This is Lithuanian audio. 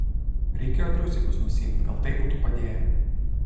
reikėjo triusikus nusiimt gal tai būtų padėję